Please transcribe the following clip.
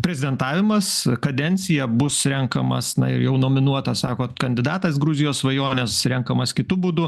prezidentavimas kadencija bus renkamas na ir jau nominuotas sakot kandidatas gruzijos svajonės renkamas kitu būdu